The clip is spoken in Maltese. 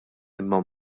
imma